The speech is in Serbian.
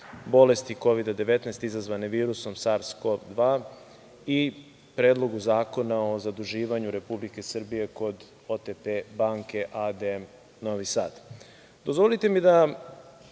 bolesti Kovida-19 izazvane virusom SARS-CoV-2 i Predlogu zakona o zaduživanju Republike Srbije kod OTP banke a.d. Novi